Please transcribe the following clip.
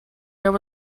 there